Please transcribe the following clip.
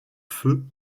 feux